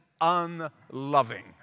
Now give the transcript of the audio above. unloving